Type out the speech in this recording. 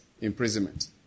imprisonment